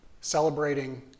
celebrating